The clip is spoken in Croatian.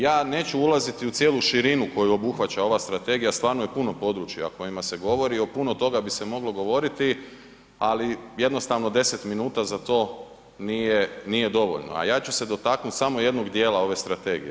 Ja neću ulaziti u cijelu širinu koju obuhvaća ova strategija, stvarno je puno područja o kojima se govori, o puno toga bi se moglo govoriti, ali jednostavno, 10 minuta za to nije dovoljno, a ja ću se dotaknuti samo jednog dijela ove strategije.